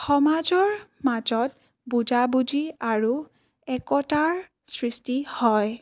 সমাজৰ মাজত বুজাবুজি আৰু একতাৰ সৃষ্টি হয়